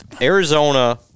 Arizona